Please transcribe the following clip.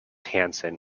hanson